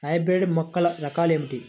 Hybrid మొక్కల రకాలు ఏమిటి?